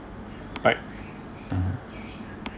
right mm